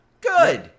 Good